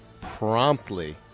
promptly